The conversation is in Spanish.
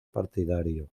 partidario